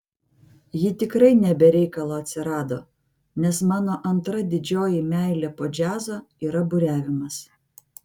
ji tikrai ne be reikalo atsirado nes mano antra didžioji meilė po džiazo yra buriavimas